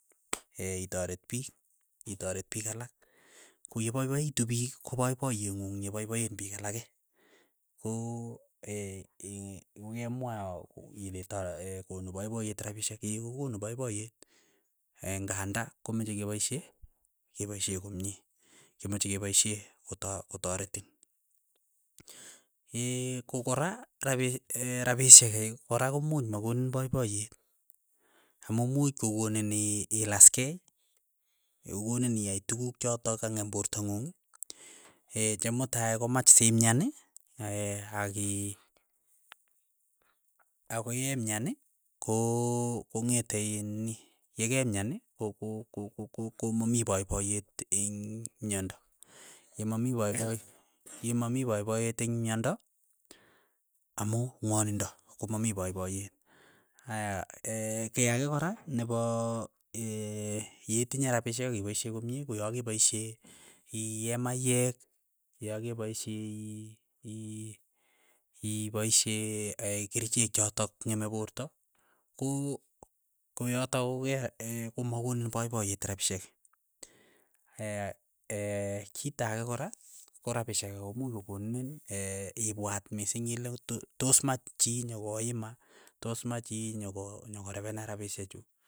itoret piik, itaret piik alak, ko ye paipaitu piik ko paipayeng'ung yepaipaen piik alake, ko kokemwa ya ile tor konu paipayet rapishek, kokonu ng'anda komeche kepaishe kepaishe komie, kemache kepaishe kota kotaretin, kokora, rapis rapishek kora komuch makonin poipoyet, amu much kokonin i- ilaskei, kokonin iai tukuk chotok kang'em porto ng'ung,, che mutai komach simyan, aki akoyemyan ko kong'ete iin nini, yekemyan, ko- ko- ko- ko mamii poipoyet eng myondo, yemamii poipo ye mamii poipoyet eng' myondo amu ng'wandindo, komamii poipoyet, aya ki ake kora, nepo yetinye rapishek akipaishe komie, ko yakepaishe ii maiyek, ya kepaishe i- i- ipaishe kerichek chotok ng'eme porto, ko koyotok ko makonin poipoyet rapishek, ee kita ake kora, ko rapishek kei ko much ko konin ipwaat mising ile to- to toosmach chii nyokoima tosmach chii nyoko nyokorepena rapishechu.